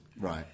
Right